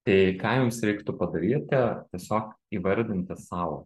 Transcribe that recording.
tai ką jums reiktų padaryti tiesiog įvardinti sau